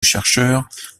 chercheurs